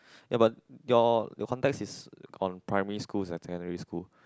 ya but your your context is on primary school and secondary school